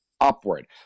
upward